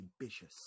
ambitious